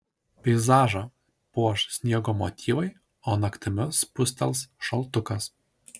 peizažą puoš sniego motyvai o naktimis spustels šaltukas